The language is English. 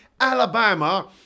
alabama